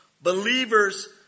Believers